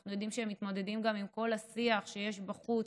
אנחנו יודעים שהם מתמודדים גם עם כל השיח שיש בחוץ,